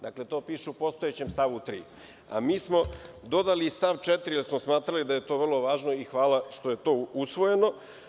Dakle, to piše u postojećem stavu 3. Mi smo dodali i stav 4. jer smo smatrali da je to vrlo važno i hvala što je to usvojeno.